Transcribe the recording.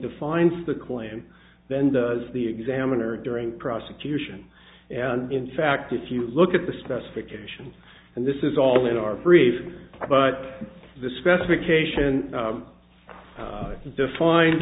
the finds the claim then does the examiner during the prosecution and in fact if you look at the specifications and this is all in our brief but the specification as defined